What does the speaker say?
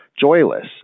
joyless